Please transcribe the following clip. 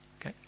Okay